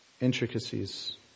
intricacies